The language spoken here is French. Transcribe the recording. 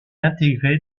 intégré